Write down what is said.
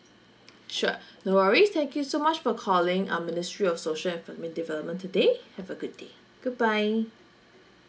sure no worries thank you so much for calling um ministry of social and family development today have a good day goodbye